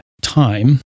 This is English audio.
time